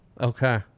Okay